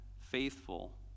faithful